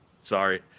Sorry